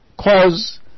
cause